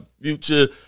future